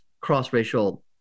cross-racial